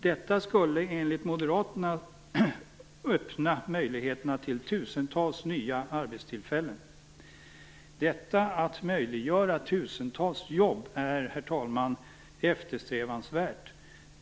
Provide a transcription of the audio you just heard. Detta skulle enligt moderaterna öppna möjligheter till tusentals nya arbetstillfällen. Detta att möjliggöra tusentals jobb är, herr talman, eftersträvansvärt.